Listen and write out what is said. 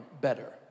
better